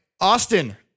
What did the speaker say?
Austin